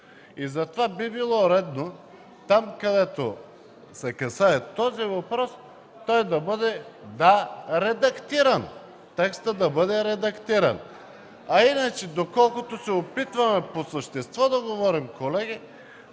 затова би било редно там, където се касае за него, той да бъде редактиран – текстът да бъде редактиран. Иначе доколкото се опитваме по същество да говорим, колеги,